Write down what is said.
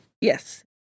Yes